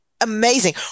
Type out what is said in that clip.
Amazing